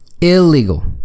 Illegal